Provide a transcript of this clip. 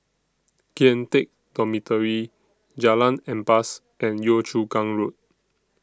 Kian Teck Dormitory Jalan Ampas and Yio Chu Kang Road